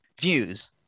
views